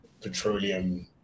petroleum